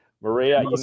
Maria